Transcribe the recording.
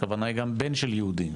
הכוונה היא גם בן של יהודי.